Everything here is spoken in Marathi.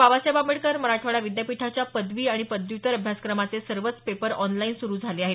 बाबासाहेब आंबेडकर मराठवाडा विद्यापीठाच्या पदवी आणि पदव्यूत्तर अभ्यासक्रमाचे सर्वच पेपर ऑनलाईन सुरु आहेत